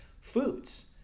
foods